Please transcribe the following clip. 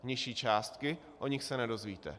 Nižší částky o nich se nedozvíte.